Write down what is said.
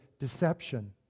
deception